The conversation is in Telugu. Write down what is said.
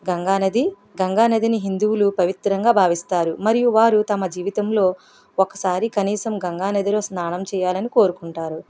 గంగా నది గంగా నదిని హిందువులు పవిత్రంగా భావిస్తారు మరియు వారు తమ జీవితంలో ఒకసారి కనీసం గంగా నదిలో స్నానం చేయాలని కోరుకుంటారు